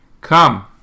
Come